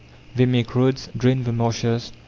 they make roads, drain the marshes,